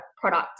products